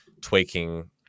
tweaking